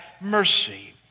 Mercy